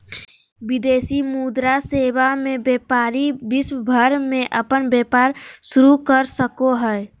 विदेशी मुद्रा सेवा मे व्यपारी विश्व भर मे अपन व्यपार शुरू कर सको हय